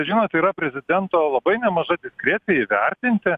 žinot yra prezidento labai nemaža diskrecijai įvertinti